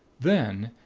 then,